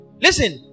Listen